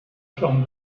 from